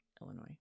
Illinois